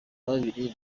babiri